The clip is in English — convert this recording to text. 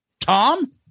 Tom